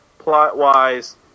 plot-wise